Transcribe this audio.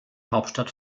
hauptstadt